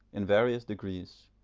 in various degrees.